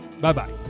Bye-bye